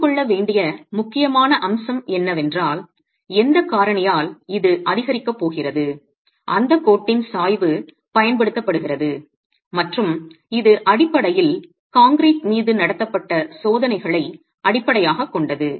புரிந்து கொள்ள வேண்டிய முக்கியமான அம்சம் என்னவென்றால் எந்த காரணியால் இது அதிகரிக்கப் போகிறது அந்த கோட்டின் சாய்வு பயன்படுத்தப்படுகிறது மற்றும் இது அடிப்படையில் கான்கிரீட் மீது நடத்தப்பட்ட சோதனைகளை அடிப்படையாகக் கொண்டது